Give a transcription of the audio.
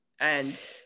And-